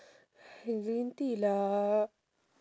green tea lah